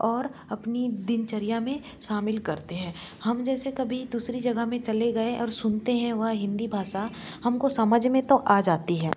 और अपनी दिनचर्या में शामिल करते हैं हम जैसे कभी दूसरी जगह में चले गए और सुनते हैं वह हिंदी भाषा हमको समझ में तो आ जाती है